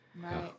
Right